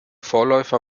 vorläufer